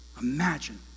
Imagine